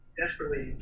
desperately